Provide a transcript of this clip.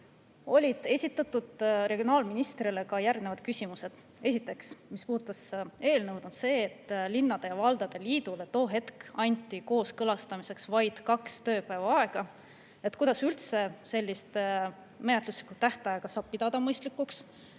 esitasin regionaalministrile järgnevad küsimused. Esiteks, mis puudutas eelnõu, on see, et linnade ja valdade liidule anti too hetk kooskõlastamiseks vaid kaks tööpäeva aega. Kuidas üldse sellist menetluslikku tähtaega saab pidada mõistlikuks,